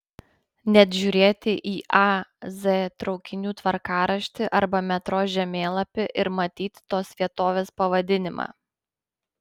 net žiūrėti į a z traukinių tvarkaraštį arba metro žemėlapį ir matyti tos vietovės pavadinimą